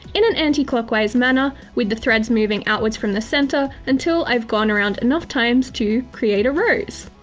in an anticlockwise manner, with the threads moving outwards from the centre, until i've gone around enough times to create a rose!